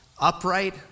upright